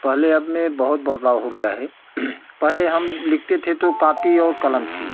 पहले अब में बहुत बदलाव हो गया है पहले हम लिखते थे तो कापी और कलम थी